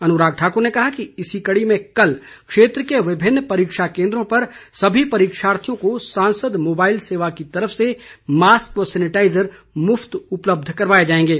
अनुराग ठाकुर ने कहा कि इसी कड़ी में कल क्षेत्र के विभिन्न परीक्षा केंद्रों पर सभी परीक्षार्थियों को सांसद मोबाईल सेवा की तरफ से मास्क व सेनेटाईजर मुफ्त उपलब्ध कराए जाएंगे